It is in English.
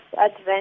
Advent